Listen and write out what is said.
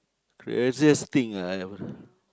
craziest thing ah I ever